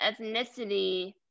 ethnicity